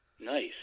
Nice